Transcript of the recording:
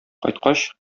кайткач